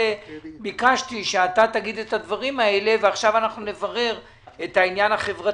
ביקשתי שתגיד את הדברים האלה ועכשיו נברר את העניין החברתי.